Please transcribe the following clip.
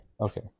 Okay